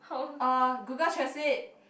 uh Google translate